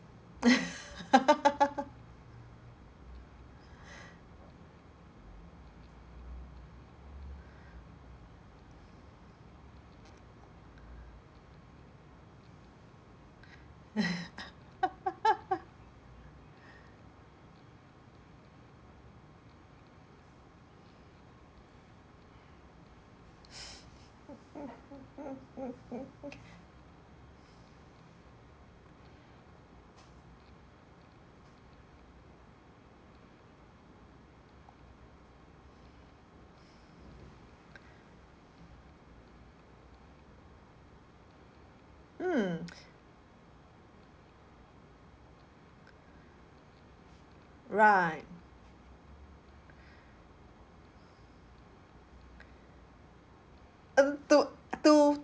mm right and to to